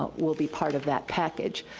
will be part of that package.